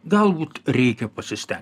galbūt reikia pasisten